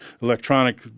electronic